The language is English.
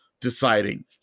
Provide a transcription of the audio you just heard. Deciding